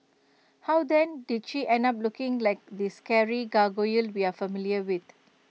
how then did she end up looking like the scary gargoyle we are familiar with